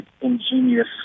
ingenious